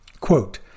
Quote